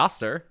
sir